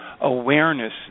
awareness